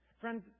Friends